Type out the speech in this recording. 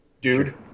Dude